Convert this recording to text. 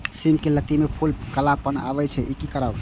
सिम के लत्ती में फुल में कालापन आवे इ कि करब?